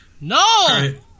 No